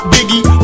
Biggie